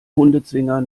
hundezwinger